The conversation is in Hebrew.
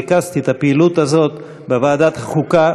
ריכזתי את הפעילות הזאת בוועדת החוקה,